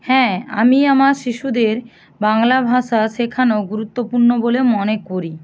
হ্যাঁ আমি আমার শিশুদের বাংলা ভাষা শেখানো গুরুত্বপূর্ণ বলে মনে করি